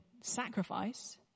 sacrifice